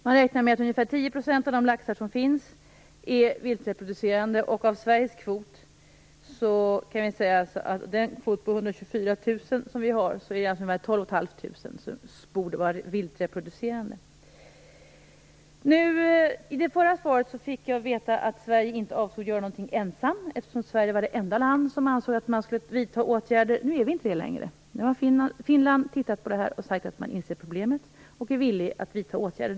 Man räknar med att ungefär 10 % av de laxar som finns är vildreproducerande, och av Sveriges kvot på 124 000 är det alltså 12 500 som borde vara vildreproducerande. I det förra svaret fick jag veta att Sverige inte avsåg att göra någonting ensamt, eftersom Sverige var det enda land som ansåg att man skulle vidta åtgärder. Nu är vi inte längre ensamma, därför att nu har Finland tittat på det här och sagt att man inser problemet och är villig att vidta åtgärder.